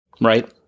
right